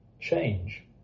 change